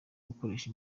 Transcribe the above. gukoresha